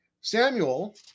Samuel